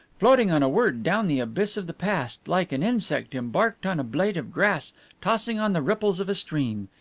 floating on a word down the abyss of the past, like an insect embarked on a blade of grass tossing on the ripples of a stream.